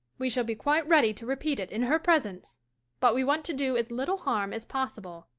we shall be quite ready to repeat it in her presence but we want to do as little harm as possible.